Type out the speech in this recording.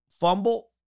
fumble